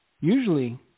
Usually